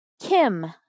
Kim